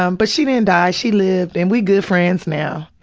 um but she didn't die, she lived, and we good friends now.